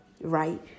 right